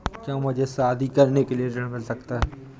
क्या मुझे शादी करने के लिए ऋण मिल सकता है?